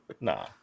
Nah